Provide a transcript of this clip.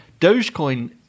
Dogecoin